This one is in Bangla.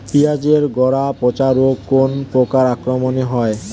পিঁয়াজ এর গড়া পচা রোগ কোন পোকার আক্রমনে হয়?